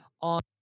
on